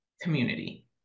community